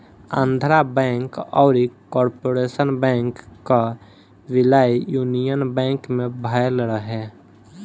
Andhra Bank अउरी Corporation Bank कअ विलय यूनियन बैंक में भयल रहे